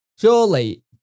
Surely